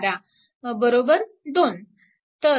आणि 12 बरोबर 2